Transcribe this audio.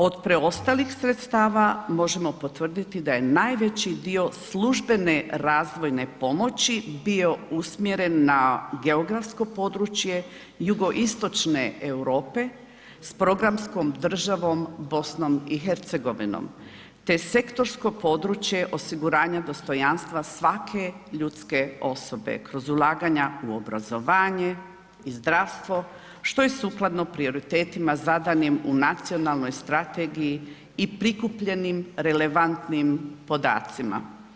Od preostalih sredstava možemo potvrditi da je najveći dio službene razvojne pomoći bio usmjeren na geografsko područje jugoistočne Europe sa programskom državom BiH te sektorsko područje osiguranja dostojanstva svake ljudske osobe kroz ulaganja u obrazovanje i zdravstvo što je sukladno prioritetima zadanim u Nacionalnoj strategiji i prikupljenim relevantnim podacima.